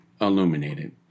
illuminated